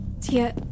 Tia